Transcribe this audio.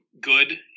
good